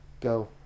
go